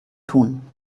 tun